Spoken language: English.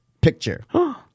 picture